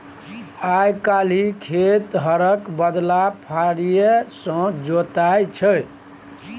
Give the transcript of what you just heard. आइ काल्हि खेत हरक बदला फारीए सँ जोताइ छै